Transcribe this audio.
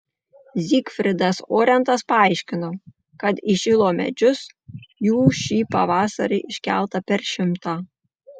zygfridas orentas paaiškino kad į šilo medžius jų šį pavasarį iškelta per šimtą